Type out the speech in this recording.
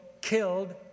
killed